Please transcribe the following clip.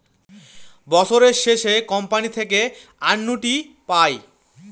বছরের শেষে কোম্পানি থেকে অ্যানুইটি পায়